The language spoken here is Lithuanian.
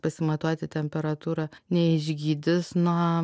pasimatuoti temperatūrą neišgydys nuo